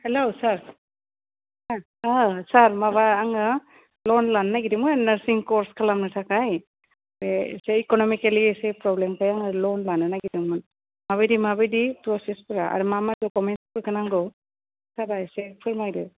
हेल' sir sir माबा आङो loan लानो नागिरदोमोन नार्सिं कर्स खालामनो थाखाय बे एसे इक'न'मिकेलि एसे प्रब्लेमजों आङो लन लानो नागिरदोंमोन माबायदि माबायदि प्रसेसफोरा आरो मा मा डकुमेन्सफोरखौ नांगौ सारआ एसे फोरमायदो